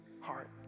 heart